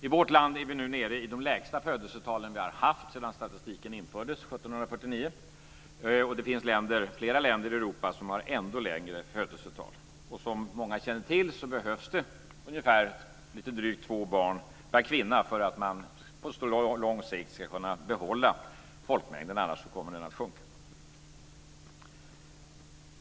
I vårt land är vi nu nere i de lägsta födelsetalen vi har haft sedan statistiken infördes 1749. Det finns flera länder i Europa som har ännu lägre födelsetal. Som många känner till behövs det lite drygt två barn per kvinna för att man på lång sikt ska kunna behålla folkmängden - annars kommer den att sjunka.